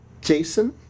Jason